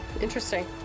interesting